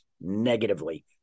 negatively